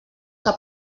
que